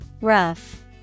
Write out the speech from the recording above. rough